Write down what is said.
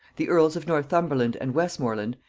the earls of northumberland and westmorland,